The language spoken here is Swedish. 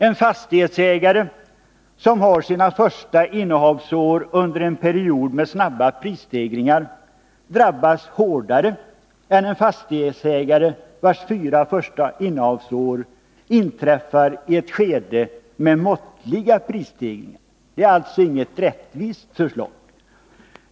En fastighetsägare som har sina fyra första innehavsår under en period med snabba prisstegringar drabbas hårdare än en fastighetsägare vars fyra första innehavsår inträffar i ett skede med måttliga prisstegringar. Det är alltså inget rättvist förslag.